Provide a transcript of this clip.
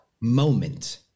moment